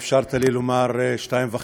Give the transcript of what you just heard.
שאפשרת לי לומר שתי מילים וחצי,